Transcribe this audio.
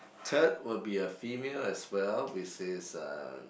third will be a female as well which is uh